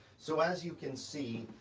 so as you can see,